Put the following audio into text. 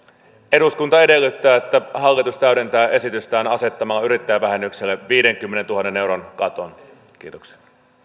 eduskunta edellyttää että hallitus täydentää esitystään asettamalla yrittäjävähennykselle viidenkymmenentuhannen euron katon kiitoksia